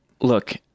Look